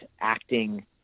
acting